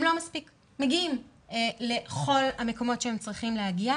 הם לא מספיק מגיעים לכל המקומות שהם צריכים להגיע,